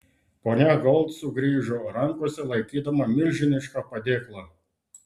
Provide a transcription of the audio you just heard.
ponia gold sugrįžo rankose laikydama milžinišką padėklą